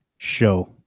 Show